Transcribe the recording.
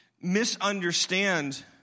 misunderstand